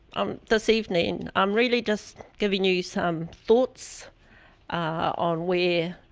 um this evening, i'm really just giving you you some thoughts on where,